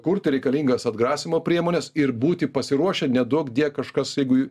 kurti reikalingas atgrasymo priemones ir būti pasiruošę neduok die kažkas jeigu